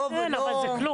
כן, אבל זה כלום.